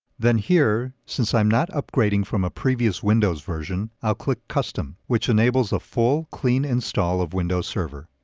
then here, since i'm not upgrading from a previous windows version, i'll click custom which enables a full, clean install of windows server.